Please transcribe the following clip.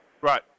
Right